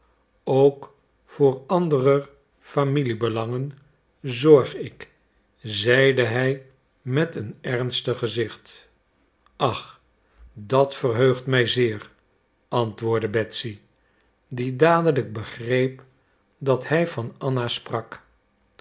ook voor anderer familiebelangen zorg ik zeide hij met een ernstig gezicht ach dat verheugt mij zeer antwoordde betsy die dadelijk begreep dat hij van anna sprak